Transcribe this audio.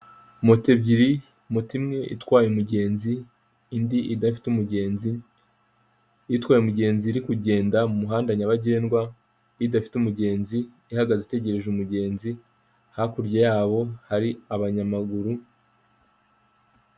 Moto ebyiri moto imwe itwaye umugenzi, indi idafite umugenzi, itwaye umugenzi iri kugenda mu muhanda nyabagendwa, idafite umugenzi ihagaze itegereje umugenzi, hakurya yabo hari abanyamaguru.